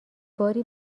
باری